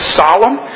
solemn